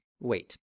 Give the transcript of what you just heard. wait